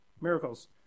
miracles